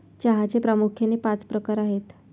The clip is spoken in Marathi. चहाचे प्रामुख्याने पाच प्रकार आहेत